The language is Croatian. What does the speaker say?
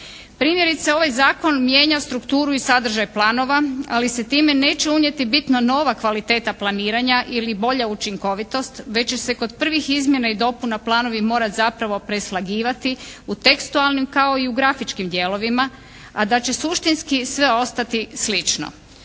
Primjerice, ovaj zakon mijenja strukturu i sadržaj planova, ali se time neće unijeti bitno nova kvaliteta planiranja ili bolja učinkovitost već će se kod prvih izmjena i dopuna planovi morati zapravo preslagivati u tekstualnim kao i u grafičkim dijelovima, a da će suštinski sve ostati slično.